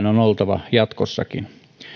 on oltava jatkossakin